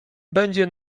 będzie